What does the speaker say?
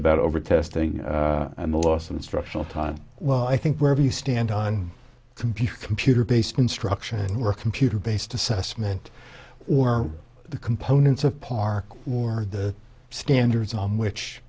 about over testing and the loss of instructional time well i think where do you stand on computer computer based in ruction work computer based assessment or the components of park ward the standards on which